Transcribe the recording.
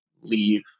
leave